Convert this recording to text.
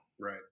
Right